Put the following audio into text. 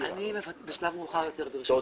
אני, ברשותך, אדבר בשלב מאוחר יותר של הדיון.